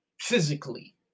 physically